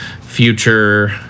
future